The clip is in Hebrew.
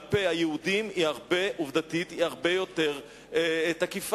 האכיפה כלפי היהודים היא עובדתית הרבה יותר תקיפה,